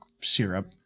syrup